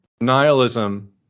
nihilism—